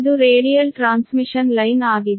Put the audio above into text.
ಇದು radial transmission line ಆಗಿದೆ